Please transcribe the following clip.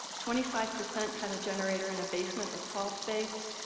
twenty five percent had a generator in a basement or crawl space,